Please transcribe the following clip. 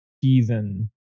heathen